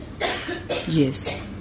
Yes